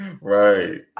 Right